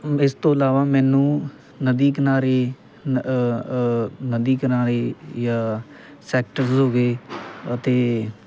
ਇਸ ਤੋਂ ਇਲਾਵਾ ਮੈਨੂੰ ਨਦੀ ਕਿਨਾਰੇ ਨਦੀ ਕਿਨਾਰੇ ਜਾਂ ਸੈਕਟਰਸ ਹੋ ਗਏ ਅਤੇ